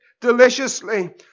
deliciously